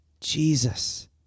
Jesus